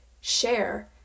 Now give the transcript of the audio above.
share